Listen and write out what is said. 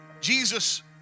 Jesus